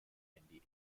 handy